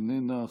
איננה,